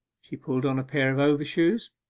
she pulled on a pair of overshoes,